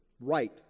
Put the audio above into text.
right